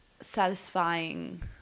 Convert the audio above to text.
satisfying